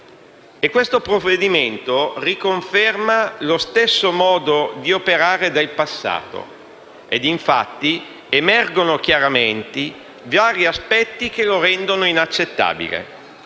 Questo provvedimento riconferma lo stesso modo di operare del passato, ed infatti emergono chiaramente vari aspetti che lo rendono inaccettabile.